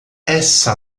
essa